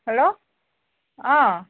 hello অ